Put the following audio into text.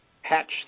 hatched